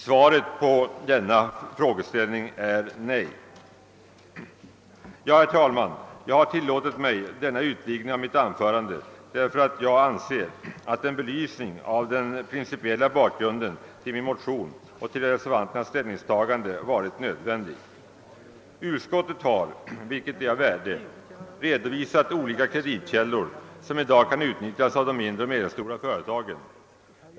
Svaret på denna frågeställning är nej. Herr talman! Jag har tillåtit mig denna utvidgning av mitt anförande för att jag anser att en belysning av den principiella bakgrunden till min motion och till reservanternas ställningstagande varit nödvändig. Utskottet har, vilket är av värde, redovisat olika kreditkällor som i dag kan utnyttjas av de mindre och medelstora företagen.